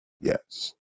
Yes